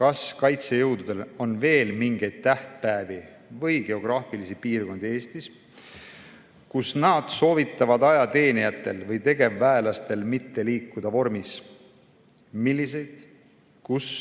"Kas kaitsejõududel on veel mingeid tähtpäevi või geograafilisi piirkondi Eestis, kus nad soovitavad ajateenijatel või tegevväelastel mitte liikuda vormis? Milliseid, kus